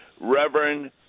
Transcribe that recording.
Reverend